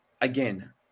again